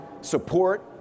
support